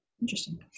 Interesting